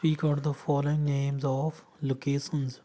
speak out the following names of locations